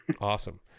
Awesome